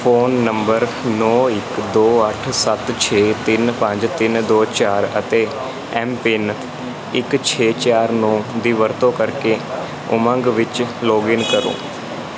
phone number ਨੌ ਇੱਕ ਦੋ ਅੱਠ ਸੱਤ ਛੇ ਤਿੰਨ ਪੰਜ ਤਿੰਨ ਦੋ ਚਾਰ ਅਤੇ ਐੱਮਪਿੰਨ ਇੱਕ ਛੇ ਚਾਰ ਨੌ ਦੀ ਵਰਤੋਂ ਕਰਕੇ ਉਮੰਗ ਵਿੱਚ ਲੌਗਇਨ ਕਰੋ